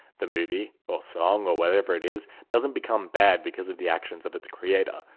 the movie or song or whatever it is doesn't become bad because of the actions of its creator.